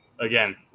again